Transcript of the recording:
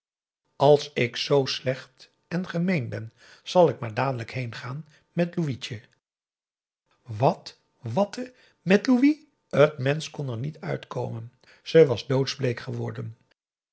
als ik z slecht en gemeen ben zal ik maar dadelijk heengaan met louitje p a daum hoe hij raad van indië werd onder ps maurits wat wa t te met loui t mensch kon er niet uitkomen ze was doodsbleek geworden